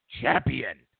champion